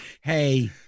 Hey